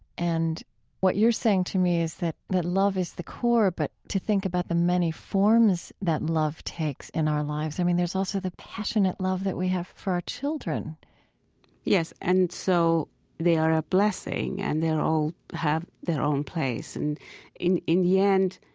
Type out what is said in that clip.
and what you're saying to me is that that love is the core, but to think about the many forms that love takes in our lives. i mean, there's also the passionate love that we have for our children yes, and so they are a blessing and they all have their own place. and in in the end,